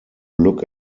look